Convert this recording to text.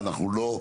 שלו.